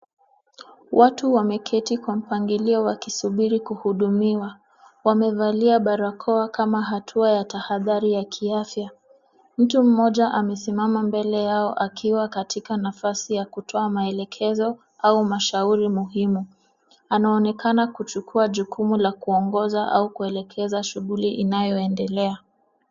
Watu wameketi kwa mpangilio wakisubiri kuhudumiwa. Wamevalia barakoa kama hatua ya tahadhari ya kiafya. Mtu mmoja amesimama mbele yao akiwa katika nafasi ya kutoa maelekezo au mashauri muhimu. Anaonekana kuchukua jukumu la kuongoza au kuelekeza shughuli inayoendelea.